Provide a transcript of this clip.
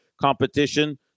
competition